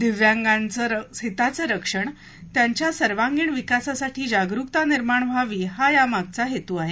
दिव्यांगांच्या हिताचं रक्षण आणि त्यांच्या सर्वांगिण विकासासाठी जागरुकता निर्माण व्हावी हा यामागचा हेतू आहे